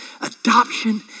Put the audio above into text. Adoption